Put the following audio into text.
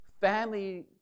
family